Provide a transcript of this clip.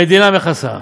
המדינה מכסה.